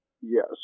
Yes